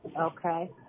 Okay